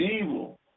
evil